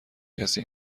کسی